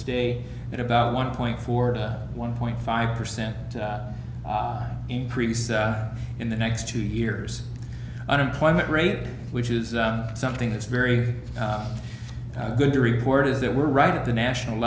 stay at about one point four one point five percent increase in the next two years unemployment rate which is something that's very good to report is that we're right at the national